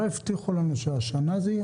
לא הבטיחו לנו שזה יהיה השנה?